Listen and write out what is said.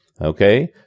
Okay